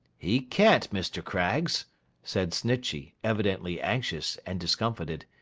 he can't, mr. craggs said snitchey, evidently anxious and discomfited.